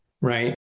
right